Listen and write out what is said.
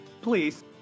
Please